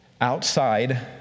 outside